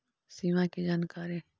सिमा कि जानकारी?